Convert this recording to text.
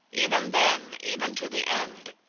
even then, even to the end,